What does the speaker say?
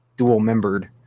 Dual-membered